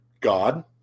God